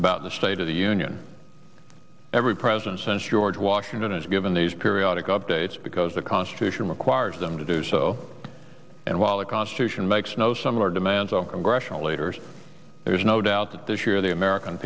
about the state of the union every president since george washington is given these periodic updates because the constitution requires them to do so and while the constitution makes no some of our demands of congressional leaders there's no doubt that this year the american